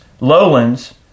Lowlands